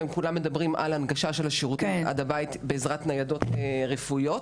וכולם מדברים על הנגשת השירותים עד הבית באמצעות ניידות רפואיות,